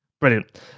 Brilliant